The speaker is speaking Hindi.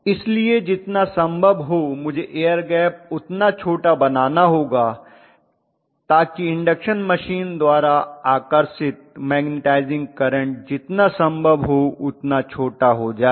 इसलिए जितना संभव हो मुझे एयर गैप उतना छोटा बनाना होगा ताकि इंडक्शन मशीन द्वारा आकर्षित मैग्नेटाइजिंग करंट जितना संभव हो उतना छोटा हो जाए